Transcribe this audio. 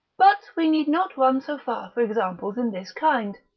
but we need not run so far for examples in this kind,